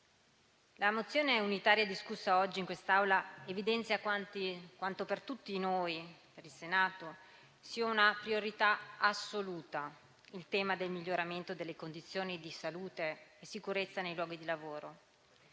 la mozione unitaria discussa oggi in quest'Aula evidenzia quanto per tutti noi, per il Senato, sia una priorità assoluta il tema del miglioramento delle condizioni di salute e sicurezza nei luoghi di lavoro.